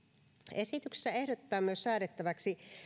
esityksessä ehdotetaan myös säädettäväksi